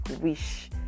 wish